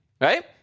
Right